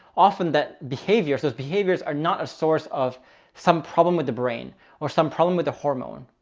often that behavior, those behaviors are not a source of some problem with the brain or some problem with the hormone.